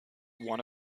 one